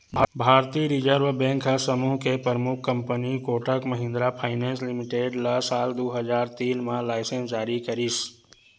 भारतीय reserve bank ह समूह के परमुख company Kotak Mahindra finance limited ल साल दू हजार तीन म लाइनेंस जारी करिस